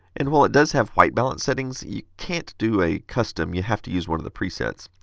and while it does have white balance settings, you can't do a custom, you have to use one of the presets.